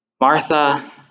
Martha